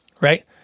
right